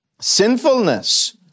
sinfulness